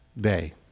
day